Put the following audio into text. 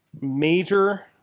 major